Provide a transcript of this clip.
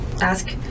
ask